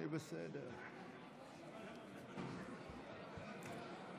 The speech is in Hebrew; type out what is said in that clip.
אני נדרשתי בשם שר הבריאות להציג כאן